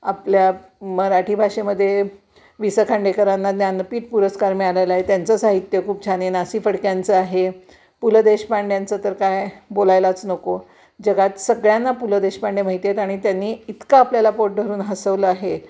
आपल्या मराठी भाषेमध्ये वि स खांडेकरांना ज्ञानपीठ पुरस्कार मिळालेला आहे त्यांचं साहित्य खूप छान आहे ना सी फडक्यांचं आहे पु ल देशपांड्यांचं तर काय बोलायलाच नको जगात सगळ्यांना पु ल देशपांडे माहिती आहेत आणि त्यांनी इतकं आपल्याला पोट धरून हसवलं आहे